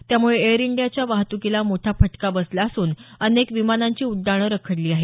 त्यामुळे एयर इंडियाच्या वाहतुकीला मोठा फटका बसला असून अनेक विमानांची उड्डाणं रखडली आहेत